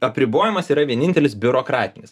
apribojimas yra vienintelis biurokratinis